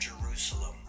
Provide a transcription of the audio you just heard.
Jerusalem